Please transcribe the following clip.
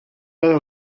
pas